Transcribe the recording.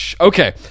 Okay